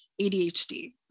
adhd